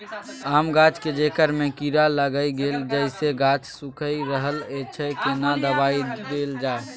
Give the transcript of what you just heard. आम गाछ के जेकर में कीरा लाईग गेल जेसे गाछ सुइख रहल अएछ केना दवाई देल जाए?